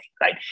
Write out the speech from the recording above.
right